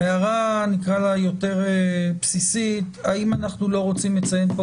ההערה הבסיסית יותר האם אנחנו לא רוצים לציין פה